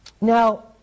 now